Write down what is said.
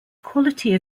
quality